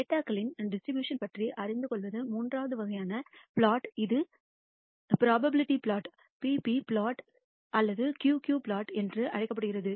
data களின் distribution பற்றி அறிந்து கொள்வது மூன்றாவது வகையான பிளாட் இது probability plot p p plot அல்லது q q பிளாட் என்று அழைக்கப்படுகிறது